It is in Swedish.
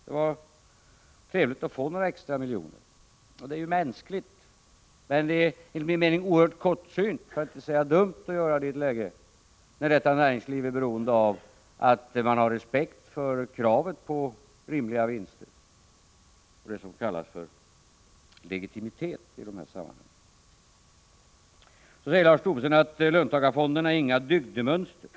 Det var trevligt att få några extra miljoner, och det är ju mänskligt. Men det är enligt min mening oerhört kortsynt, för att inte säga dumt, att göra så i ett läge då näringslivet är beroende av att man har respekt för kravet på rimliga vinster och det som kallas för legitimitet i dessa sammanhang. Sedan säger Lars Tobisson att löntagarfonderna inte är dygdemönster.